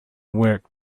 work